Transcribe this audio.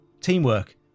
Teamwork